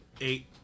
eight